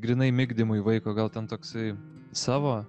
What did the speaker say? grynai migdymui vaiko gal ten toksai savo